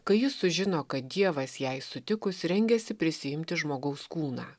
kai ji sužino kad dievas jai sutikus rengiasi prisiimti žmogaus kūną